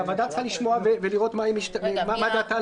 הוועדה צריכה לשמוע ולראות מה דעתה על